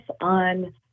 on